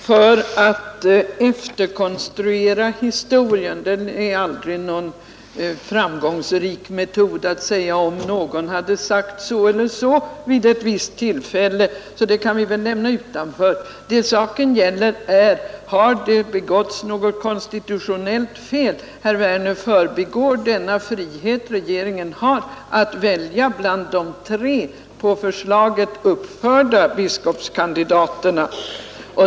Herr talman! Jag vill bara varna för att efterkonstruera historien. Det är aldrig någon framgångsrik metod att spekulera i konsekvenserna för den händelse någon hade sagt så eller så vid ett visst tillfälle. Det saken gäller är om det har begåtts något konstitutionellt fel. Herr Werner förbigår den frihet regeringen har att välja bland de tre på förslaget uppförda biskopskandidaterna.